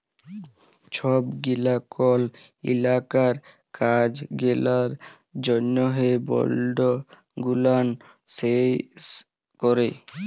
ছব গেলা কল ইলাকার কাজ গেলার জ্যনহে বল্ড গুলান সই ক্যরে